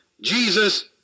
Jesus